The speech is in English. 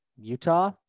Utah